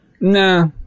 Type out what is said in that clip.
Nah